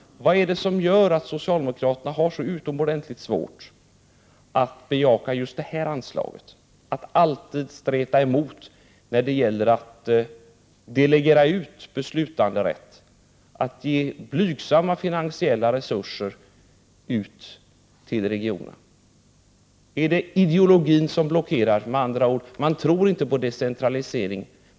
Vad är det som gör att socialdemokraterna har så utomordentligt svårt att bejaka just detta anslag, alltid stretar emot när det gäller att delegera beslutsrätt, att ge blygsamma finansiella resurser ut till regionerna? Är det ideologin som blockerar? Med andra ord: Man tror inte på decentralisering.